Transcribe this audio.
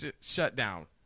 shutdown